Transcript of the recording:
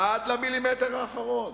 עד למילימטר האחרון.